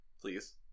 Please